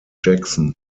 jackson